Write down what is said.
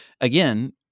again